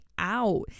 out